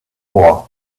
war